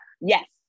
yes